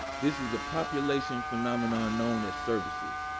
this is a population phenomenon known as services.